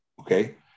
Okay